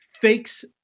fakes